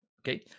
okay